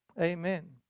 Amen